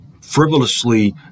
frivolously